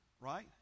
right